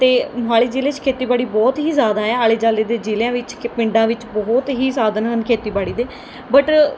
ਅਤੇ ਮੋਹਾਲੀ ਜ਼ਿਲ੍ਹੇ 'ਚ ਖੇਤੀਬਾੜੀ ਬਹੁਤ ਹੀ ਜ਼ਿਆਦਾ ਆ ਆਲ਼ੇ ਦੁਆਲੇ ਦੇ ਜ਼ਿਲ੍ਹਿਆਂ ਵਿੱਚ ਕਿ ਪਿੰਡਾਂ ਵਿੱਚ ਬਹੁਤ ਹੀ ਸਾਧਨ ਹਨ ਖੇਤੀਬਾੜੀ ਦੇ ਬਟ